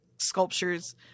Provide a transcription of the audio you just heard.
sculptures